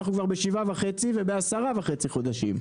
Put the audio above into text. אנחנו בשבעה וחצי ובעשרה וחצי חודשים..